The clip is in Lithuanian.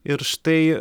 ir štai